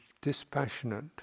dispassionate